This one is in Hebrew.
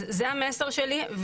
אז זה המסר שלי.